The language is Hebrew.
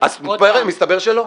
אז מסתבר שלא.